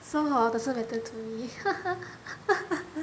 so hor doesn't matter to me